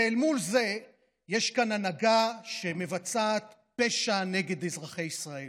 ואל מול זה יש כאן הנהגה שמבצעת פשע נגד אזרחי ישראל,